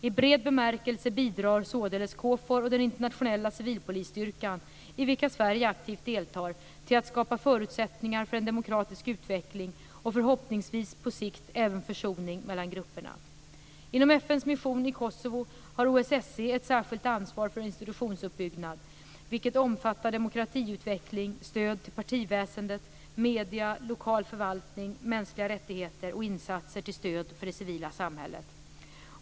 I bred bemärkelse bidrar således KFOR och den internationella civilpolisstyrkan, i vilka Sverige aktivt deltar, till att skapa förutsättningar för en demokratisk utveckling och förhoppningsvis på sikt även försoning mellan grupperna. ett särskilt ansvar för institutionsuppbyggnad, vilket omfattar demokratiutveckling, stöd till partiväsendet, medier, lokal förvaltning, mänskliga rättigheter och insatser till stöd för det civila samhället.